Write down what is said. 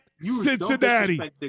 Cincinnati